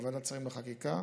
לוועדת השרים לחקיקה,